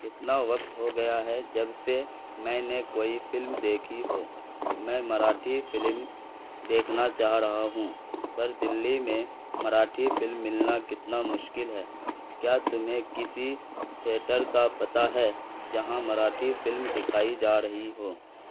کتنا وقت ہو گیا ہے جب سے میں نے کوئی فلم دیکھی ہو میں مراٹھی فلم دیکھنا چاہ رہا ہوں پر دہلی میں مراٹھی فلم ملنا کتنا مشکل ہے کیا تمہیں کسی تھیئٹر کا پتہ ہے جہاں مراٹھی فلم دکھائی جا رہی ہو